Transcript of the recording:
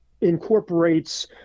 incorporates